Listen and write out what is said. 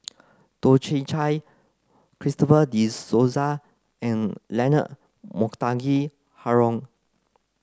Toh Chin Chye Christopher De Souza and Leonard Montague Harrod